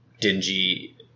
dingy